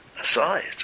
aside